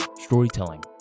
storytelling